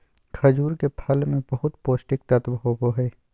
खजूर के फल मे बहुत पोष्टिक तत्व होबो हइ